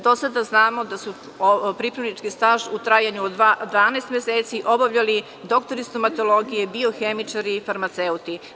Do sada znamo da su pripravnički staž u trajanju od 12 meseci obavljali doktori stomatologije, biohemičari i farmaceuti.